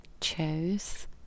chose